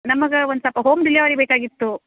ನಮ್ಗೆ ಒಂದು ಸ್ವಲ್ಪ ಹೋಮ್ ಡೆಲಿವರಿ ಬೇಕಾಗಿತ್ತು